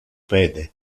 pede